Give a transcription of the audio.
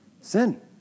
Sin